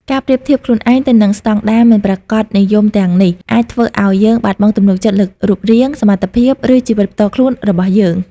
ការប្រៀបធៀបខ្លួនឯងទៅនឹងស្តង់ដារមិនប្រាកដនិយមទាំងនេះ អាចធ្វើឱ្យយើងបាត់បង់ទំនុកចិត្តលើរូបរាង សមត្ថភាព ឬជីវិតផ្ទាល់ខ្លួនរបស់យើង។